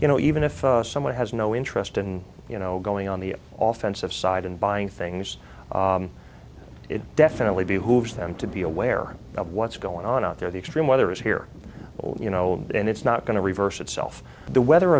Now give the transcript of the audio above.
you know even if someone has no interest and you know going on the off chance of side and buying things it definitely be hooves them to be aware of what's going on out there the extreme weather is here or you know and it's not going to reverse itself the weather